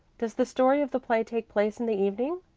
does the story of the play take place in the evening?